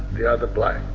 the other, black.